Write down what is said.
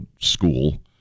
school